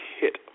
hit